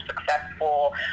successful